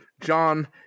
John